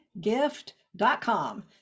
gift.com